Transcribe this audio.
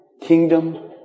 kingdom